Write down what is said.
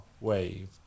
Wave